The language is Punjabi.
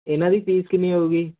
ਇਹਨਾਂ ਦੀ ਫੀਸ ਕਿੰਨੀ ਹੋਊਗੀ ਤੁਸੀਂ